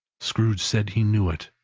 scrooge said he knew it.